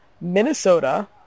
Minnesota